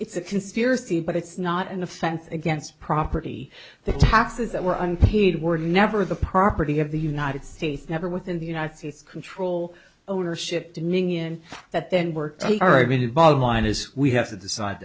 it's a conspiracy but it's not an offense against property the taxes that were unpaid were never the property of the united states never within the united states control ownership dinning in that then we're going to bottom line is we have to decide